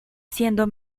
siendo